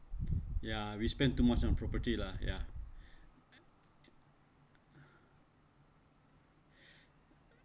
ya we spend too much on property lah ya